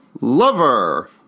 lover